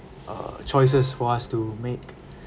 uh choices for us to make